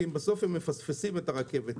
כי בסוף הם מפספסים את הרכבת.